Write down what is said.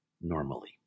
normally